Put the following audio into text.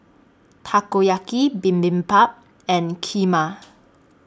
Takoyaki Bibimbap and Kheema